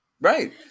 Right